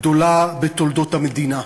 הגדולה בתולדות המדינה.